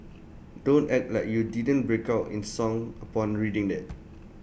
don't act like you didn't break out in song upon reading that